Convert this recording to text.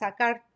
sacar